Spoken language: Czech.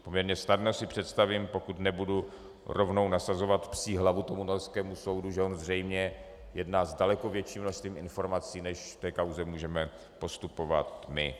Poměrně snadno si představím, pokud nebudu rovnou nasazovat psí hlavu tomu norskému soudu, že on zřejmě jedná s daleko větším množství informací, než v té kauze můžeme postupovat my.